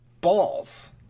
balls